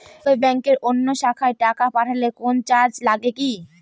একই ব্যাংকের অন্য শাখায় টাকা পাঠালে কোন চার্জ লাগে কি?